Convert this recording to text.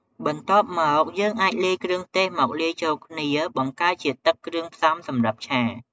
បន្ទាប់មក យើងអាចលាយគ្រឿងទេសមកលាយចូលគ្នាបង្កើតជាទឹកគ្រឿងផ្សំសម្រាប់ឆា។